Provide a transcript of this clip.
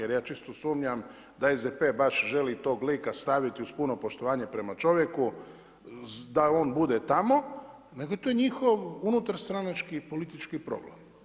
Jer ja čisto sumnjam da SDP-e baš želi tog lika staviti, uz puno poštovanjem prema čovjeku, da on bude tamo, nego je to njihov unutarstranački politički problem.